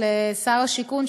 שר השיכון,